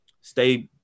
stay